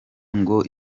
ngo